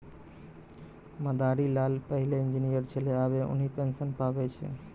मदारी लाल पहिलै इंजीनियर छेलै आबे उन्हीं पेंशन पावै छै